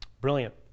Brilliant